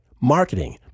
marketing